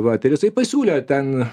vat ir jisai pasiūlė ten